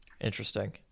interesting